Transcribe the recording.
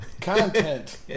Content